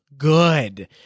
Good